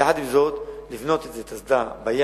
יחד עם זאת, לבנות אסדה בים,